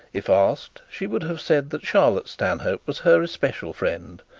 if asked, she would have said that charlotte stanhope was her special friend,